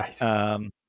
Nice